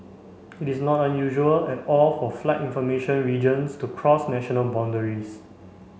it is not unusual at all for flight information regions to cross national boundaries